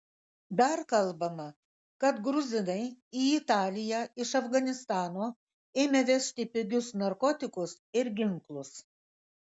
dar kalbama kad gruzinai į italiją iš afganistano ėmė vežti pigius narkotikus ir ginklus